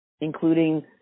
including